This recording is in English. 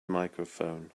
microphone